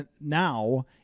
now